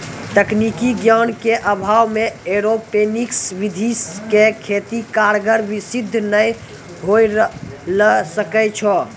तकनीकी ज्ञान के अभाव मॅ एरोपोनिक्स विधि के खेती कारगर सिद्ध नाय होय ल सकै छो